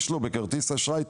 יש לו את האפשרות, בכרטיס אשראי,